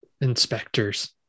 inspectors